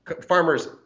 Farmers